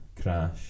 crash